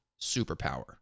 superpower